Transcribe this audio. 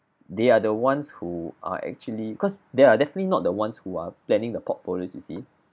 they are the ones who are actually cause they are definitely not the ones who are planning the portfolios you see